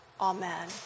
Amen